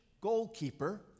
goalkeeper